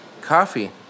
coffee